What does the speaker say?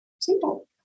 Simple